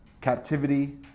captivity